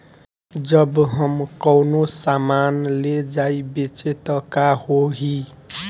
जब हम कौनो सामान ले जाई बेचे त का होही?